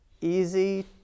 Easy